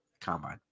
combine